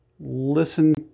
Listen